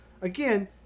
Again